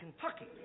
Kentucky